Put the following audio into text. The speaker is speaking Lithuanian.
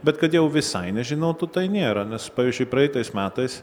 bet kad jau visai nežinotų tai nėra nes pavyzdžiui praeitais metais